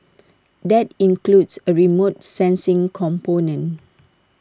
that includes A remote sensing component